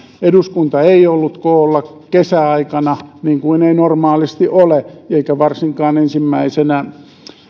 eduskunta ei ollut koolla kesäaikana niin kuin ei normaalisti ole eikä varsinkaan ensimmäisenä